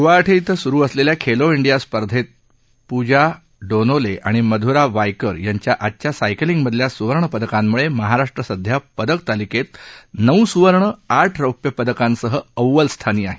ग्वाहाटी इथं सुरु असलेल्या खेलो इंडिया स्पर्धेत पूजा डोनोले आणि मध्रा वायकर यांच्या आजच्या सायकलिंगमधल्या सुवर्णपदकांमुळे महाराष्ट सध्या पदकतालिकेत नऊ सुवर्ण आठ रौप्य पदकांसह अव्वल स्थानी आहे